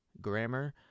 grammar